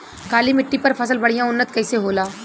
काली मिट्टी पर फसल बढ़िया उन्नत कैसे होला?